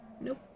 Nope